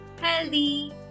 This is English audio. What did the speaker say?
healthy